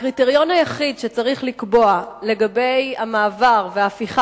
הקריטריון היחיד שצריך לקבוע לגבי המעבר וההפיכה